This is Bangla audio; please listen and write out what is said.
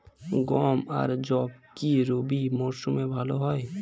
গম আর যব কি রবি মরশুমে ভালো হয়?